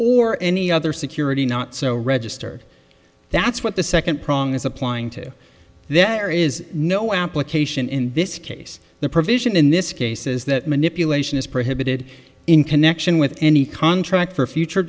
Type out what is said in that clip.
or any other security so register that's what the second prong is applying to there is no application in this case the provision in this case is that manipulation is prohibited in connection with any contract for future